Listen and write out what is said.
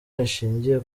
rishingiye